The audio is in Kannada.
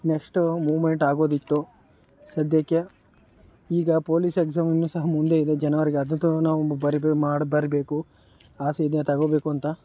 ನೆಕ್ಷ್ಟ್ ಮೂವ್ಮೆಂಟ್ ಆಗ್ಬೋದಿತ್ತು ಸದ್ಯಕ್ಕೆ ಈಗ ಪೋಲಿಸ್ ಎಕ್ಸಾಮ್ ಇನ್ನೂ ಸಹ ಮುಂದೆ ಇದೆ ಜನವರಿಗೆ ಅದಂತೂ ನಾವು ಬರಿಬೇ ಮಾಡಿ ಬರಿಬೇಕು ಆಸೆ ಇದೆ ತಗೊಳ್ಬೇಕು ಅಂತ